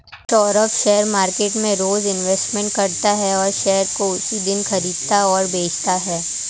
Saurabh share market में रोज investment करता है और शेयर को उसी दिन खरीदता और बेचता है